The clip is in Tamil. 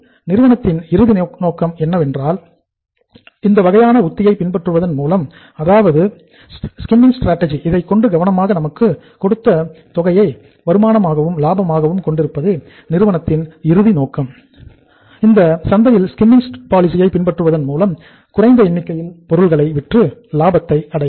நிறுவனத்தின் இறுதி நோக்கம் என்னவென்றால் இந்த வகையான உத்தியை பின்பற்றுவதன் மூலம் அதாவது ஸ்கிம்மிங் ஸ்ட்ராடஜி பின்பற்றுவதன் மூலம் குறைந்த எண்ணிக்கையில் பொருள்களை விற்று லாபத்தை அடையலாம்